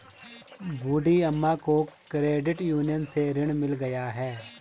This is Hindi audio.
बूढ़ी अम्मा को क्रेडिट यूनियन से ऋण मिल गया है